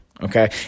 Okay